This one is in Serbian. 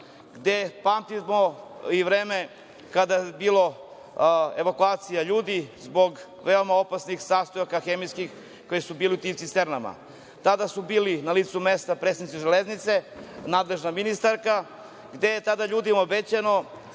gde pamtimo i vreme kada je bila evakuacija ljudi zbog veoma opasnih hemijskih sastojaka koji su bili u tim cisternama. Tada su bili na licu mesta predstavnici „Železnice“, nadležna ministarka, gde je tada ljudima obećano